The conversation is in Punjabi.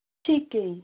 ਠੀਕ ਹੈ ਜੀ